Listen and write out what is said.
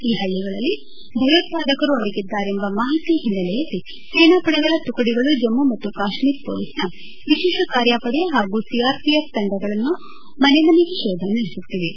ಈ ಹಳ್ಳಗಳಲ್ಲಿ ಭಯೋತ್ಪಾದಕರು ಅಡಗಿದ್ದಾರೆಂಬ ಮಾಹಿತಿ ಹಿನ್ನೆಲೆಯಲ್ಲಿ ಸೇನಾಪಡೆಗಳ ತುಕಡಿಗಳು ಜಮ್ಮ ಮತ್ತು ಕಾಶ್ನೀರ ಮೊಲೀಸ್ನ ವಿಶೇಷ ಕಾರ್ಯಾಚರಣೆ ಪಡೆ ಹಾಗೂ ಸಿಆರ್ಒಎಫ್ ತಂಡಗಳು ಮನೆಮನೆ ಶೋಧ ನಡೆಸುತ್ತಿವೆ